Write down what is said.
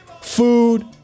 food